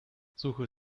suche